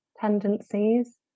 tendencies